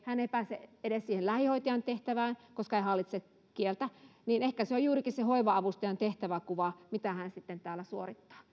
hän ei pääse edes siihen lähihoitajan tehtävään koska ei hallitse kieltä eli ehkä se on juurikin se hoiva avustajan tehtäväkuva mitä hän täällä sitten suorittaa